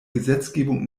gesetzgebung